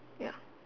ya